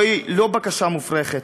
זוהי לא בקשה מופרכת.